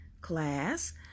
Class